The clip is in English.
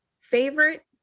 favorite